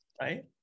right